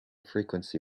frequency